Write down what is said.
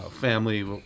Family